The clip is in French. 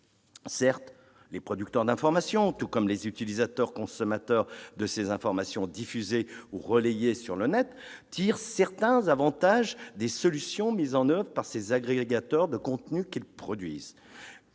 Certes, les producteurs, tout comme les utilisateurs-consommateurs, de ces informations diffusées ou relayées sur le net tirent certains avantages des solutions mises en oeuvre par ces agrégateurs des contenus qu'ils produisent